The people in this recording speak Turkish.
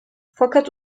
fakat